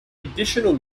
additional